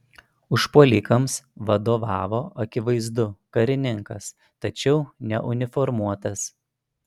užpuolikams vadovavo akivaizdu karininkas tačiau neuniformuotas